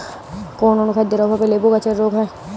কোন অনুখাদ্যের অভাবে লেবু গাছের রোগ হয়?